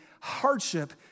hardship